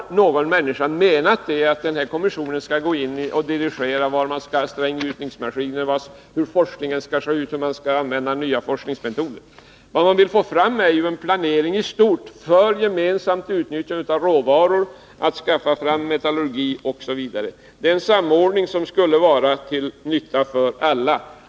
Men ingen människa har ju menat att den här kommissionen skall gå in och dirigera var man skall ha stränggjutningsmaskiner, hur forskningen skall bedrivas och hur man skall använda nya forskningsmetoder. Vad som åsyftas är ju en planering i stort för gemensamt utnyttjande av råvaror, för att skaffa fram metallurgi osv. Det är en samordning som skulle vara till nytta för alla.